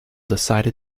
decided